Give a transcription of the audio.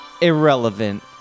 irrelevant